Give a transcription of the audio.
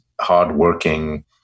hard-working